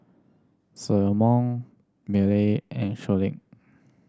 Salomon Millie and